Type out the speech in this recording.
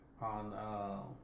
on